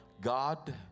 God